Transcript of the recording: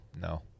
no